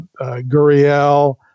guriel